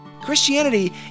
Christianity